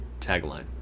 tagline